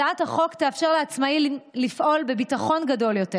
הצעת החוק תאפשר לעצמאים לפעול בביטחון גדול יותר,